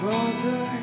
Father